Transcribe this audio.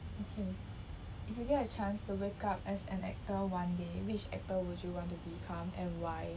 okay if you get a chance to wake up as an actor one day which actor would you want to become and why